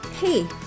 Hey